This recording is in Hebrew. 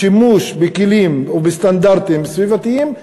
שימוש בכלים ובסטנדרטים סביבתיים,